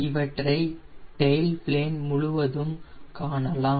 இவற்றை tile plane முழுவதும் காணலாம்